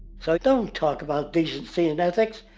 so don't talk about decency and ethics,